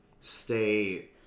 stay